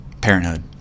Parenthood